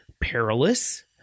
perilous